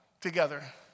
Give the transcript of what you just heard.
together